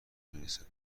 میرسد